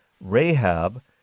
Rahab